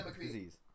disease